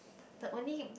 but only